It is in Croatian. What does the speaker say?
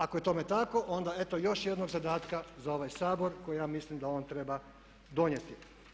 Ako je tome tako onda eto još jednog zadataka za ovaj Sabor koji ja mislim da on treba donijeti.